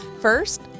First